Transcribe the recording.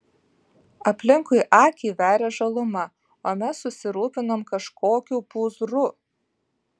aplinkui akį veria žaluma o mes susirūpinom kažkokiu pūzru